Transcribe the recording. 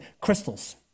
Crystals